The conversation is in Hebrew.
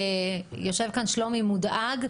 יושב כאן שלומי מודאג,